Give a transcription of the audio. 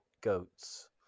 goats